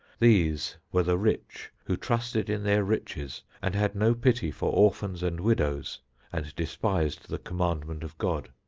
these were the rich who trusted in their riches and had no pity for orphans and widows and despised the commandment of god.